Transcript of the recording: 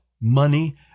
money